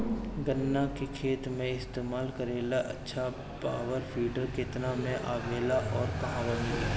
गन्ना के खेत में इस्तेमाल करेला अच्छा पावल वीडर केतना में आवेला अउर कहवा मिली?